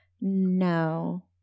no